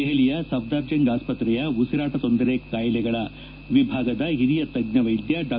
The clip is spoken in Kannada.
ದೆಹಲಿಯ ಸಫ್ನಾರ್ ಜಂಗ್ ಆಸ್ಪತ್ರೆಯ ಉಸಿರಾಟ ತೊಂದರೆ ಕಾಯಿಲೆಗಳ ವಿಭಾಗದ ಹಿರಿಯ ತಜ್ಞ ವೈದ್ಯ ಡಾ